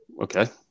Okay